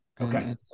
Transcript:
Okay